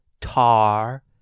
Tar